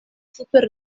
super